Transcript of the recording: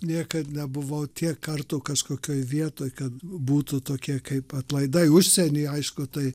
niekad nebuvau tiek kartų kažkokioj vietoj kad būtų tokie kaip atlaidai užsienyje aišku tai